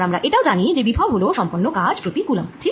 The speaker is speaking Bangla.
আমরা এটাও জানি যে বিভব হল সম্পন্ন কাজ প্রতি কুলম্ব ঠিক